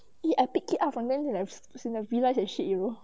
!ee! I pick it out from then they like in the real life and shit you know